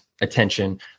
attention